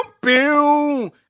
boom